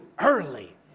early